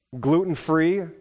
gluten-free